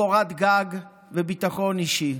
קורת גג וביטחון אישי.